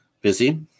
busy